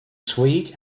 sweet